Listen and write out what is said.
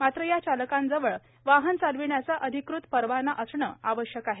मात्र या चालकांजवळ वाहन चालविण्याचा अधिकृत परवाना असणं आवश्यक आहे